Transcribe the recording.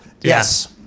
Yes